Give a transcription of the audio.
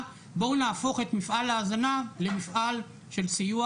בואו נהפוך את מפעל ההזנה למפעל של סיוע